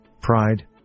pride